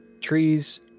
trees